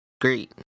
great